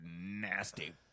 nasty